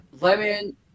lemon